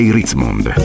Ritzmond